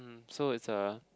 so it's a